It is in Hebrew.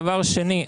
דבר שני,